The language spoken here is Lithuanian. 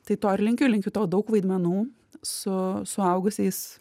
tai to ir linkiu linkiu tau daug vaidmenų su suaugusiais